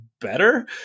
better